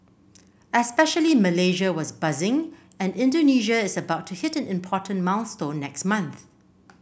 especially Malaysia was buzzing and Indonesia is about to hit an important milestone next month